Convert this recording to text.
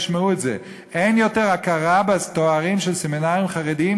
תשמעו את זה: אין יותר הכרה בתארים של סמינרים חרדיים,